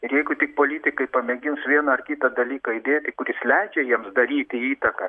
ir jeigu tik politikai pamėgins vieną ar kitą dalyką įdėti kuris leidžia jiems daryti įtaką